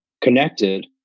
connected